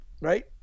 Right